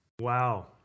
Wow